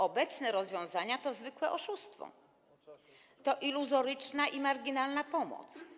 Obecne rozwiązania to zwykłe oszustwo, to iluzoryczna i marginalna pomoc.